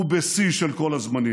מנכ"ל הכנסת,